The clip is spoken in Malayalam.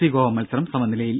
സി ഗോവ മത്സരം സമനിലയിൽ